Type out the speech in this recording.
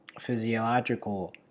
physiological